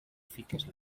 fiques